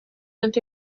andi